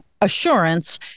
assurance